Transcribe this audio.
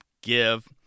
give